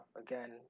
again